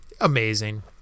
Amazing